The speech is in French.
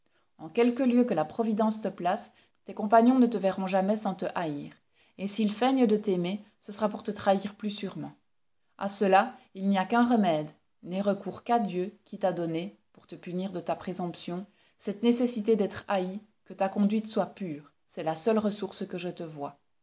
en quelque lieu que la providence te place tes compagnons ne te verront jamais sans te haïr et s'ils feignent de t'aimer ce sera pour te trahir plus sûrement a cela il n'y a qu'un remède n'aie recours qu'à dieu qui t'a donné pour te punir de ta présomption cette nécessité d'être haï que ta conduite soit pure c'est la seule ressource que je te voie